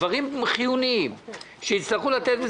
דברים חיוניים שיצטרכו לתת,